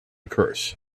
curse